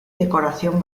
decoración